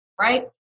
right